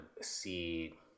see